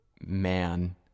man